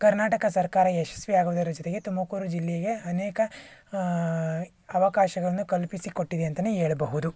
ಕರ್ನಾಟಕ ಸರ್ಕಾರ ಯಶಸ್ವಿ ಆಗುವುದರ ಜೊತೆಗೆ ತುಮಕೂರು ಜಿಲ್ಲೆಗೆ ಅನೇಕ ಅವಕಾಶಗಳನ್ನು ಕಲ್ಪಿಸಿ ಕೊಟ್ಟಿದೆ ಅಂತನೇ ಹೇಳ್ಬಹುದು